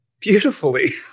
beautifully